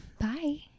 Bye